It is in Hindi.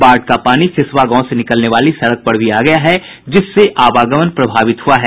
बाढ़ का पानी सिसवा गांव से निकलने वाली सड़क पर भी आ गया है जिससे आवागमन प्रभावित हुआ है